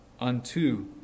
unto